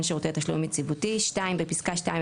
שירותי תשלום יציבותי"; בפסקה (2),